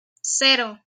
cero